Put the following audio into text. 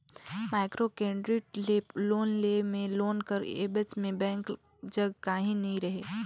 micro credit ले loan लेय में लोन कर एबज में बेंक जग काहीं नी रहें